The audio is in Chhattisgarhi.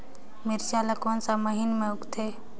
मिरचा ला कोन सा महीन मां उगथे?